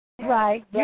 Right